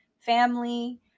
family